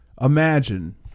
Imagine